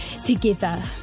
Together